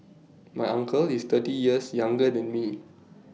my uncle is thirty years younger than me